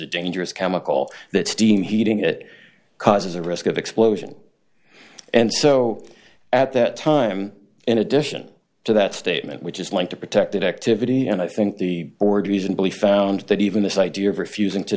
a dangerous chemical that steam heating it causes a risk of explosion and so at that time in addition to that statement which is link to protected activity and i think the board reasonably found that even this idea of refusing to